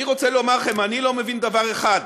אני רוצה לומר לכם, אני לא מבין דבר אחד: